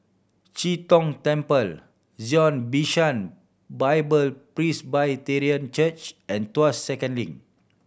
Chee Tong Temple Zion Bishan Bible Presbyterian Church and Tuas Second Link